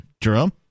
Jerome